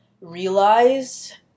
realize